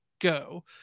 go